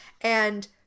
and-